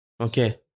okay